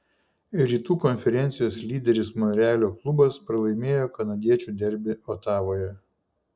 rytų konferencijos lyderis monrealio klubas pralaimėjo kanadiečių derbį otavoje